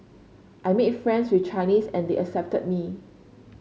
I made friends with Chinese and they accepted me